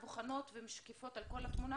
אנחנו בוחנים ומשקיפים על כל התמונה,